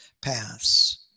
paths